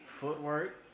Footwork